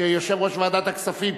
שיושב-ראש ועדת הכספים,